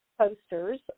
posters